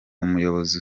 umuyobozi